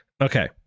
Okay